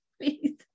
please